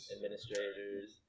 Administrators